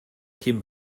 kim